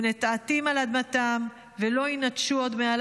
"ונטעתים על אדמתם ולא יינטשו עוד מעל